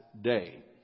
day